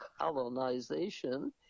colonization